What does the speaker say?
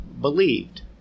believed